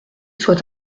soit